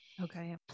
Okay